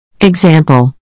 Example